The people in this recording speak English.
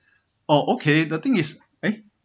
oh okay the thing is eh